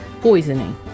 poisoning